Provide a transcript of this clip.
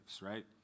right